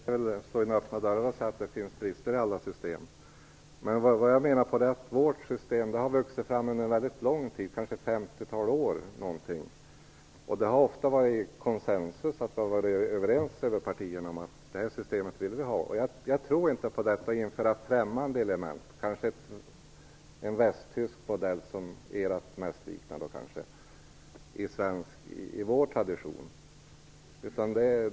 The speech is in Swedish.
Fru talman! Leif Carlson slår in öppna dörrar genom att säga att det finns brister i alla system. Vad jag menar är att vårt system har vuxit fram under en mycket lång tid, under ca 50 år. Det har ofta varit konsensus att vi har varit överens över partigränserna om att vi vill ha detta system. Jag tror inte på att man skall införa främmande element, kanske en västtysk modell som Moderaternas förslag mest liknar, i vår tradition.